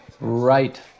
right